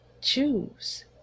Choose